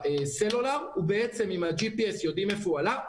בסלולאר יודעים איפה הוא עלה,